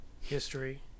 history